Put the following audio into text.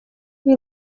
iyi